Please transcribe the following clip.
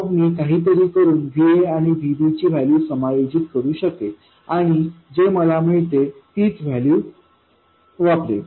मग मी काहीतरी करून VaकिंवाVb ची व्हॅल्यू समायोजित करू शकेन किंवा जे मला मिळते तीच व्हॅल्यू वापरेन